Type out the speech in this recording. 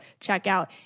checkout